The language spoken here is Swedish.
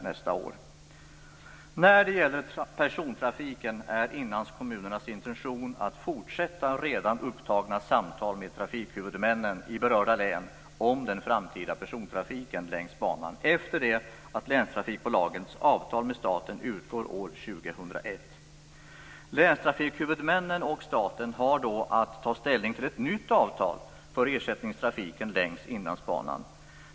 När det gäller persontrafiken är det inlandskommunernas intention att fortsätta redan upptagna samtal med trafikhuvudmännen i berörda län om den framtida persontrafiken längs banan efter det att länstrafikbolagens avtal med staten går ut år 2001. Länstrafikhuvudmännen och staten har då att ta ställning till ett nytt avtal för ersättningstrafiken längs Inlandsbanan.